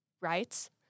rights